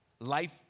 Life